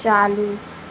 चालू